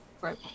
Right